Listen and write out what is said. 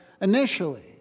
initially